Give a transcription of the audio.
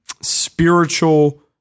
spiritual